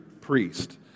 priest